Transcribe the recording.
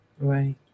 right